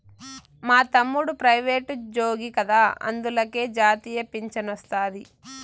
మా తమ్ముడు ప్రైవేటుజ్జోగి కదా అందులకే జాతీయ పింఛనొస్తాది